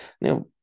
Now